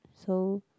so